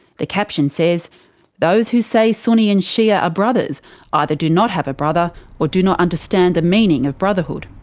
the caption says those who say sunni and shia are brothers ah either do not have a brother or do not understand the meaning of brotherhood.